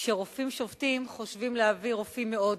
כשרופאים שובתים, חושבים להביא רופאים מהודו,